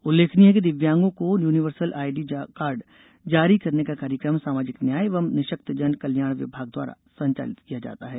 उल्लेखनीय है कि दिव्यांगों को यूनिसर्वल आईडी कार्ड जारी करने का कार्यक्रम सामाजिक न्याय एवं निशक्तजन कल्याण विभाग द्वारा संचालित किया जाता है